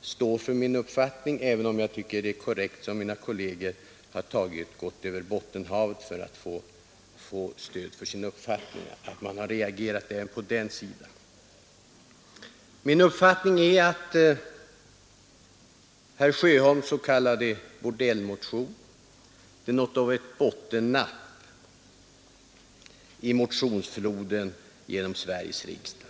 stå för min uppfattning även om jag tycker det är korrekt som mina kolleger har gjort när de gått över Bottenhavet för att få stöd för sin uppfattning och visat att man har reagerat även på den sidan. Min uppfattning är att herr Sjöholms s.k. bordellmotion är något av ett bottennapp i motionsfloden genom Sveriges riksdag.